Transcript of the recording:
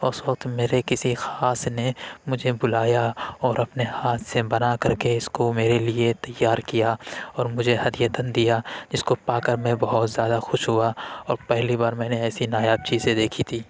اس وقت میرے کسی خاص نے مجھے بلایا اور اپنے ہاتھ سے بنا کر کے اس کو میرے لیے تیار کیا اور مجھے ہدیۃً دیا اس کو پا کر میں بہت زیادہ خوش ہوا اور پہلی بار میں نے ایسی نایاب چیزیں دیکھی تھی